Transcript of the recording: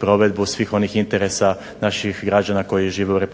provedbu svih onih interesa naših građana koji žive u RH.